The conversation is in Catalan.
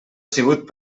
sigut